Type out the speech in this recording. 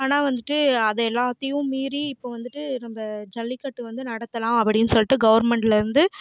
ஆனால் வந்துவிட்டு அதை எல்லாத்தையும் மீறி இப்போ வந்துவிட்டு நம்ப ஜல்லிக்கட்டு வந்து நடத்தலாம் அப்படின்னு சொல்லிட்டு கவுர்மண்ட்ல இருந்து